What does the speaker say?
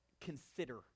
consider